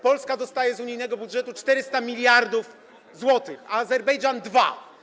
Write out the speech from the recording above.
Polska dostaje z unijnego budżetu 400 mld zł, a Azerbejdżan - 2.